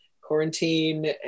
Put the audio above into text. Quarantine